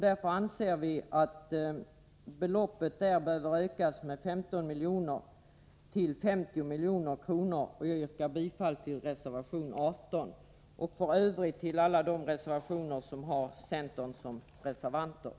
Därför anser vi att beloppet behöver ökas med 15 miljoner till 50 milj.kr. Jag yrkar bifall till reservation 18 och i övrigt till alla de reservationer där centerns representanter finns med bland undertecknarna.